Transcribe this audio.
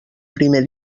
primer